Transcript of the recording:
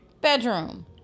bedroom